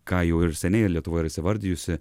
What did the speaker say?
ką jau ir seniai ir lietuvoje yra įsivardijusi